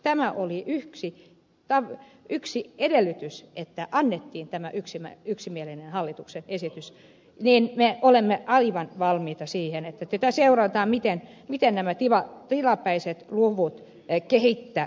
tämä oli yksi edellytys että annettiin tämä yksimielinen hallituksen esitys ja me olemme aivan valmiita siihen että tätä seurataan miten nämä tilapäiset luvat kehittyvät